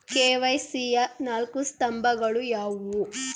KYC ಯ ನಾಲ್ಕು ಸ್ತಂಭಗಳು ಯಾವುವು?